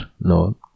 no